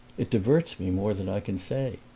it diverts me more than i can say.